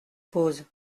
pose